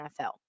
NFL